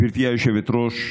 גברתי היושבת-ראש,